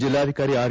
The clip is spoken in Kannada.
ಜೆಲ್ಲಾಧಿಕಾರಿ ಆರ್